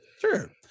Sure